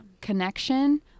connection